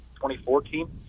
2014